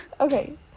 okay